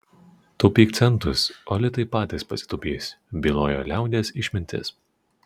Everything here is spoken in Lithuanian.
taupyk centus o litai patys pasitaupys byloja liaudies išmintis